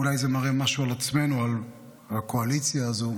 אולי זה מראה משהו על עצמנו, על הקואליציה הזו.